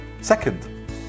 Second